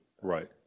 Right